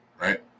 right